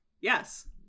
Yes